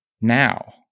now